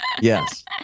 Yes